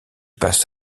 passe